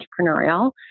entrepreneurial